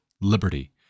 liberty